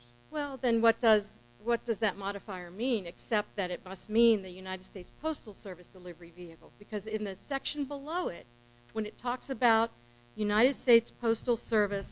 only well then what does what does that modifier mean except that it must mean the united states postal service delivery vehicle because in the section below it when it talks about united states postal service